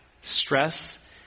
stress